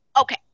okay